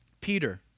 Peter